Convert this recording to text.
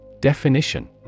Definition